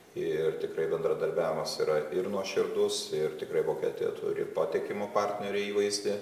ir tikrai bendradarbiavimas yra ir nuoširdus ir tikrai vokietija turi patikimo partnerio įvaizdį